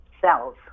cells